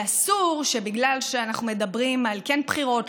ואסור שבגלל שאנחנו מדברים על כן בחירות,